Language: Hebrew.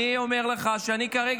אדוני המזכיר, אני אומר לך שאני יכול.